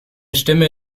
stimme